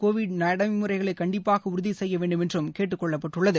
Covid நடைமுறைகளை கண்டிப்பாக உறுதி செய்ய வேண்டுமென்றும் கேட்டுக் கொள்ளப்பட்டுள்ளது